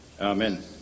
Amen